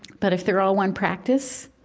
but if they're all one practice,